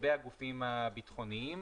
לגבי הגופים הביטחוניים.